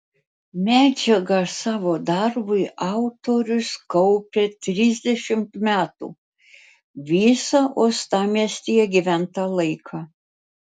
medžiagą savo darbui autorius kaupė trisdešimt metų visą uostamiestyje gyventą laiką